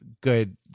good